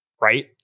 Right